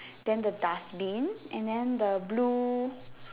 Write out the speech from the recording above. then the dustbin and then the blue